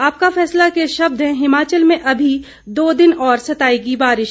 आपका फैसला के शब्द हैं हिमाचल में अभी दो दिन और सतायेगी बारिश